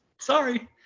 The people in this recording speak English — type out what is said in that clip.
Sorry